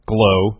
Glow